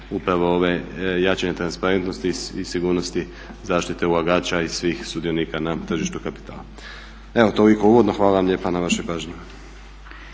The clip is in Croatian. upravo ove jačanje transparentnosti i sigurnosti zaštite ulagača i svih sudionika na tržištu kapitala. Evo toliko uvodno, hvala vam lijepa na vašoj pažnji.